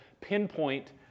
pinpoint